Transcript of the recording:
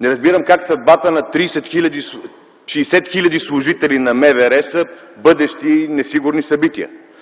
Не разбирам как съдбата на 60 хиляди служители на МВР са бъдещи несигурни събития.